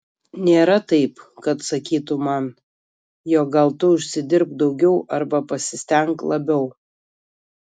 nėra taip kad sakytų man jog gal tu užsidirbk daugiau arba pasistenk labiau